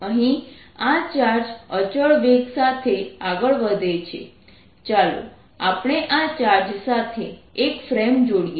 અહીં આ ચાર્જ અચળ વેગ સાથે આગળ વધે છે ચાલો આપણે આ ચાર્જ સાથે એક ફ્રેમ જોડીએ